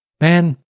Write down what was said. man